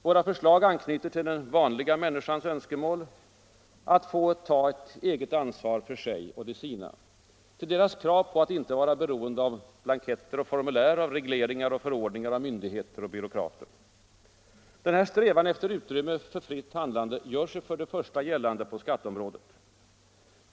Våra förslag anknyter till den vanliga människans önskemål på att få ta ett eget ansvar för sig och de sina. Till kravet på att inte vara beroende av blanketter och formulär, av regleringar och förordningar, av myndigheter och byråkrater. 1. Denna strävan efter utrymme för fritt handlande gör sig gällande på skatteområdet.